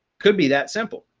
could be that simple.